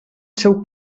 seu